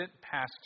pastor